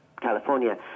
california